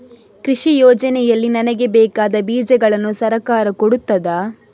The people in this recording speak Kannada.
ಕೃಷಿ ಯೋಜನೆಯಲ್ಲಿ ನನಗೆ ಬೇಕಾದ ಬೀಜಗಳನ್ನು ಸರಕಾರ ಕೊಡುತ್ತದಾ?